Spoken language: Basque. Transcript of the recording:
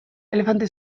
elefante